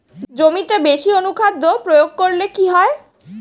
জমিতে বেশি অনুখাদ্য প্রয়োগ করলে কি হয়?